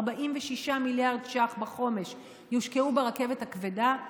46 מיליארד ש"ח בחומש יושקעו ברכבת הכבדה.